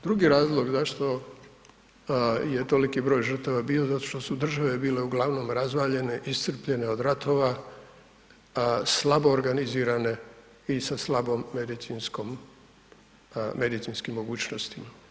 Drugi razlog zašto je toliki broj žrtava bio, zato što su države bile uglavnom razvaljene, iscrpljene od ratova, a slabo organizirane i sa slabom medicinskim mogućnostima.